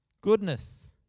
goodness